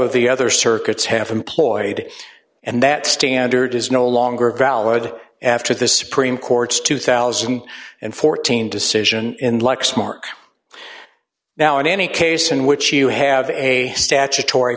of the other circuits have employed and that standard is no longer valid after the supreme court's two thousand and fourteen decision in lexmark now in any case in which you have a statutory